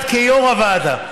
את כיו"ר הוועדה,